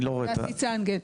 צנגן.